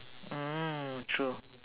mm true